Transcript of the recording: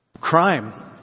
crime